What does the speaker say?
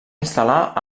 instal·lar